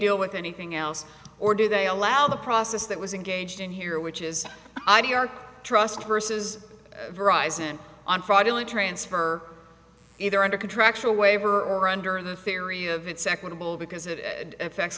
deal with anything else or do they allow the process that was engaged in here which is i new york trust versus horizon on friday only transfer either under contractual waiver or under the theory of it's equitable because it affects